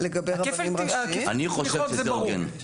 כפל תמיכות זה ברור.